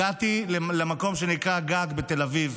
הגעתי למקום שנקרא "גג" בתל אביב,